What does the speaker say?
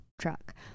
truck